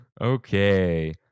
Okay